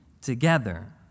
together